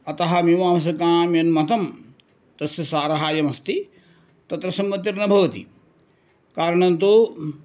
अतः मीमांसकानां यन्मतं तस्य सारः अयमस्ति तत्र सम्मतिर्न भवति कारणं तु